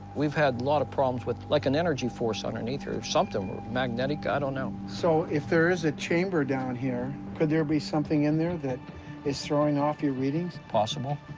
we've had a lot of problems with like an energy force underneath, or something magnetic. i don't know. so if there is a chamber down here, could there be something in there that is throwing off your readings? possible.